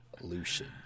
Lucian